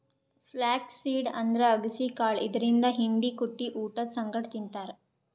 flax seed ಅಂದ್ರ ಅಗಸಿ ಕಾಳ್ ಇದರಿಂದ್ ಹಿಂಡಿ ಕುಟ್ಟಿ ಊಟದ್ ಸಂಗಟ್ ತಿಂತಾರ್